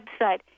website